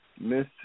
Miss